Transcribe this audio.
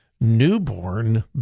newborn